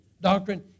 Doctrine